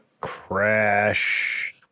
Crash